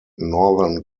northern